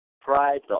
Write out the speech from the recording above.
Pride